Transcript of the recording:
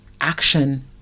action